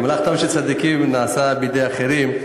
מלאכתם של צדיקים נעשית בידי אחרים,